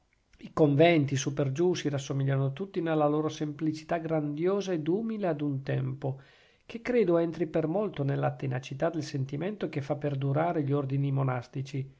i conventi su per giù si rassomigliano tutti nella loro semplicità grandiosa ed umile ad un tempo che credo entri per molto nella tenacità del sentimento che fa perdurare gli ordini monastici